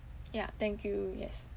ya thank you yes